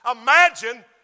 imagine